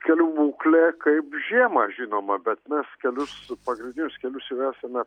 kelių būklė kaip žiemą žinoma bet mes kelius pagrindinius kelius jau esame